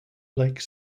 lake